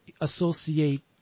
associate